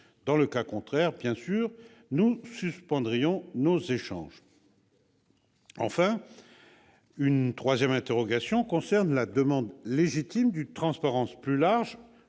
Dans le cas contraire, nous suspendrions les échanges. Enfin, une troisième interrogation concerne la demande, légitime, d'une transparence plus large,